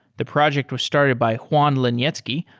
the project was started by juan linietsky,